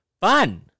fun